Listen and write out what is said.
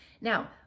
Now